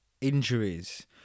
Injuries